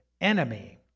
enemy